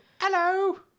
Hello